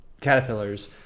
caterpillars